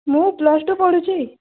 ମୁଁ plus two ପଢ଼ୁଛି